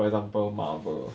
for example marvel